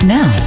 Now